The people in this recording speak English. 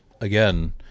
again